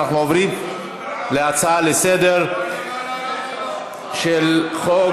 אנחנו עוברים להצעה לסדר-היום של חוק